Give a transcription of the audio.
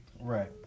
Right